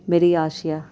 میری آسیہ